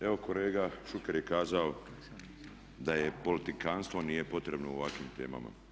Evo kolega Šuker je kazao da je politikantstvo nije potrebno u ovakvim temama.